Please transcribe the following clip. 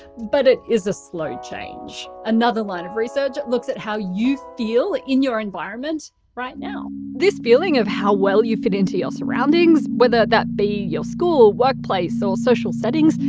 but it is a slow change. another line of research looks at how you feel in your environment right now. this feeling of how well you fit into your surroundings, whether that be your school, workplace or social settings,